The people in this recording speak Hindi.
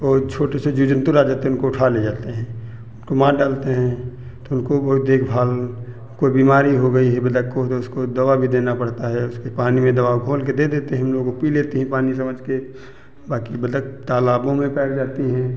और छोटे से जीव जन्तु आ जाते उनको उठा ले जाते हैं उनको मार डालते हैं तो उनको बहुत देखभाल कोई बीमारी हो गई है बतख को तो उसको दवा भी देना पड़ता है उसके पानी में दवा घोल के दे देते हैं हम लोग वो पी लेती हैं पानी समझ के बाकी बतख तालाबों में पाई जाती हैं